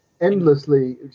endlessly